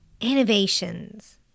innovations